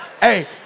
Hey